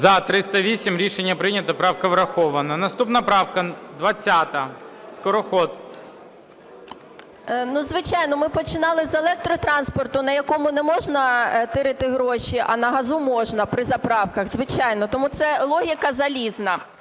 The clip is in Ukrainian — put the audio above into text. За-308 Рішення прийнято. Правка врахована. Наступна правка 20, Скороход. 13:10:04 СКОРОХОД А.К. Звичайно, ми починали з електротранспорту, на якому не можна "тирити" гроші, а на газу можна при заправках, звичайно. Тому це логіка залізна